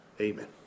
Amen